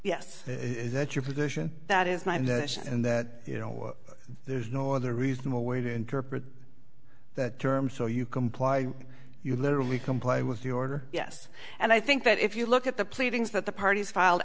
yes is that your position that is my mission and that you know there's no other reasonable way to interpret that term so you comply you literally comply with the order yes and i think that if you look at the pleadings that the parties filed